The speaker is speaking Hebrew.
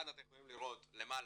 כאן אתם יכולים לראות, למעלה,